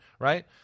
right